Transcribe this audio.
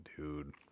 Dude